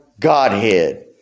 godhead